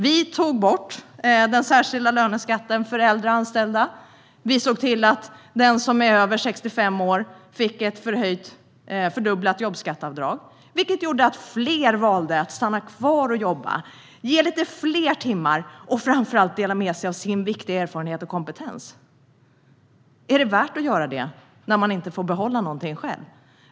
Vi tog bort den särskilda löneskatten för äldre anställda. Vi såg till att den som är över 65 år fick ett fördubblat jobbskatteavdrag, vilket gjorde att fler valde att stanna kvar och jobba, ge lite fler timmar och framför allt dela med sig av sin viktiga erfarenhet och kompetens. Är det värt att göra det när man inte får behålla någonting själv?